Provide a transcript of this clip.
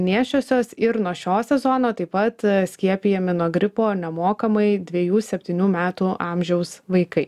nėščiosios ir nuo šio sezono taip pat skiepijami nuo gripo nemokamai dviejų septynių metų amžiaus vaikai